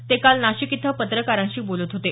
ते काल नाशिक इथं पत्रकारांशी बोलत होते